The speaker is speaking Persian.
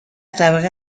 طبقه